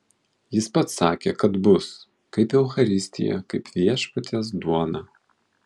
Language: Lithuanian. jis pats sakė kad bus kaip eucharistija kaip viešpaties duona